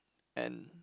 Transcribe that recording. and